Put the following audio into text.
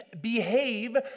behave